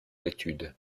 l’étude